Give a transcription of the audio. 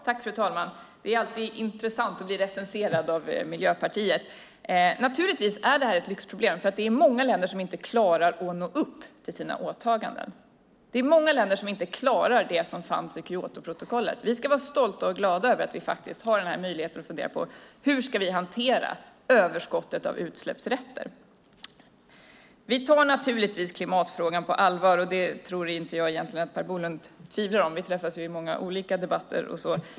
Fru talman! Det är alltid intressant att bli recenserad av Miljöpartiet. Naturligtvis är det här ett lyxproblem, därför att det är många länder som inte klarar att nå upp till sina åtaganden. Det är många länder som inte klarar det som fanns i Kyotoprotokollet. Vi ska vara stolta och glada över att vi har möjligheten att fundera på hur vi ska hantera överskottet av utsläppsrätter. Vi tar naturligtvis klimatfrågan på allvar, och det tror jag egentligen inte att Per Bolund tvivlar på. Vi träffas ju i många olika debatter.